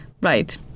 Right